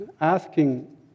asking